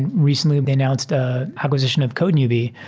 and recently, they announced a acquisition of code newbie,